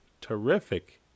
Terrific